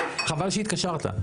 חבל שהתקשרת.